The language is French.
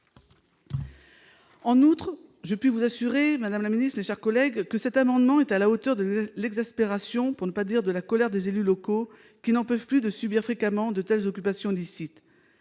En outre, je puis vous assurer, madame la ministre, mes chers collègues, que cet amendement est à la hauteur de l'exaspération, pour ne pas dire de la colère des élus locaux, qui n'en peuvent plus de subir fréquemment de telles occupations illicites.